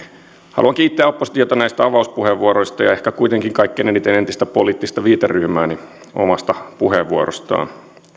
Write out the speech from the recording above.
haluan kiittää oppositiota näistä avauspuheenvuoroista ja ehkä kuitenkin kaikkein eniten entistä poliittista viiteryhmääni omasta puheenvuorostaan